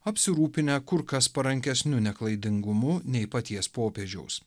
apsirūpinę kur kas parankesniu neklaidingumu nei paties popiežiaus